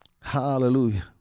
Hallelujah